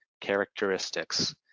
characteristics